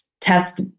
test